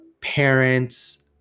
parents